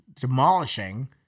demolishing